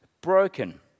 broken